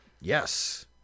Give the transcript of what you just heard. yes